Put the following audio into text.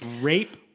rape